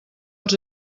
els